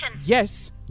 Yes